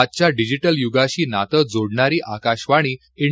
आजच्या डिजिक्रे युगाशी नात जोडणारी आकाशवाणी इं